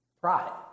Pride